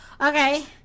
okay